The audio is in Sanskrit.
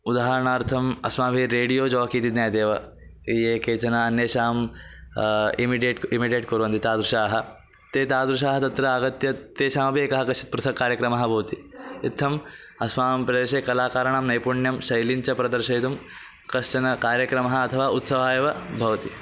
उदाहरणार्थम् अस्माभिः रेडियो जाक् इति ज्ञायते एव ये केचन अन्येषाम् इमिडियेट् इमिडेट् कुर्वन्ति तादृशाः ते तादृशाः तत्र आगत्य तेषामपि एकः कस्य पृथक् कार्यक्रमः भवति इत्थम् अस्माकं प्रदेशे कलाकाराणां नैपुण्यं शैलीं च प्रदर्शयितुं कश्चन कार्यक्रमः अथवा उत्सवः एव भवति